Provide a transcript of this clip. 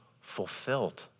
fulfilled